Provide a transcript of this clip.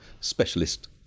specialist